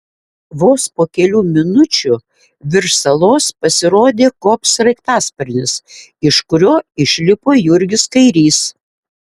vos po kelių minučių virš salos pasirodė kop sraigtasparnis iš kurio išlipo jurgis kairys